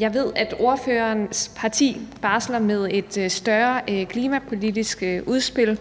Jeg ved, at ordførerens parti barsler med et større klimapolitisk udspil.